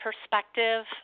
perspective